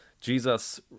Jesus